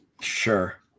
Sure